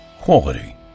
quality